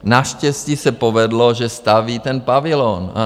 Naštěstí se povedlo, že staví ten pavilon.